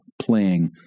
playing